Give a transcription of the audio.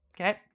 Okay